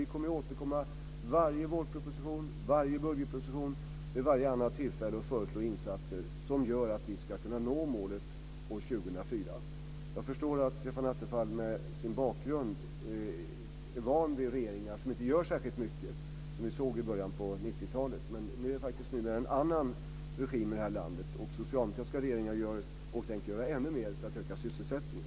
Vi kommer att återkomma i varje vårproposition, i varje budgetproposition och vid varje annat tillfälle föreslå insatser som gör att vi ska kunna nå målet år 2004. Jag förstår att Stefan Attefall med sin bakgrund är van vid regeringar som inte gör särskilt mycket som vi såg i början av 90-talet. Nu är det faktiskt en annan regim i det här landet, och den socialdemokratiska regeringen tänker göra ännu mer för att öka sysselsättningen.